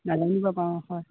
জানি ল'ব পাৰোঁ হয়